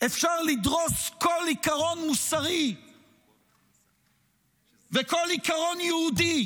אפשר לדרוס כל עיקרון מוסרי וכל עיקרון יהודי